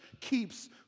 keeps